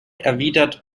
erwidert